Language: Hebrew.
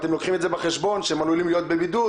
אתם לוקחים את זה בחשבון שהם עלולים להיות בבידוד,